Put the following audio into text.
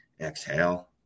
Exhale